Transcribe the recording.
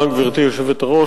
גברתי היושבת-ראש,